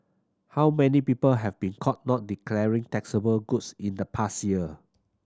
how many people have been caught not declaring taxable goods in the past year